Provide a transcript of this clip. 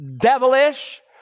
devilish